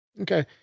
okay